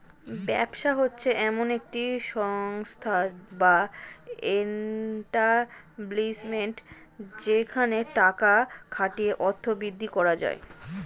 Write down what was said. ব্যবসা হচ্ছে এমন একটি সংস্থা বা এস্টাব্লিশমেন্ট যেখানে টাকা খাটিয়ে অর্থ বৃদ্ধি করা যায়